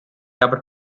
aber